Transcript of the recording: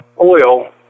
oil